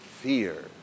fear